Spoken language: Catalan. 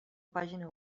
pàgina